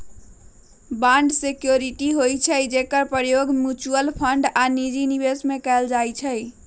bond security होइ छइ जेकर प्रयोग म्यूच्यूअल फंड आऽ निजी निवेश में कएल जाइ छइ